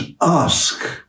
ask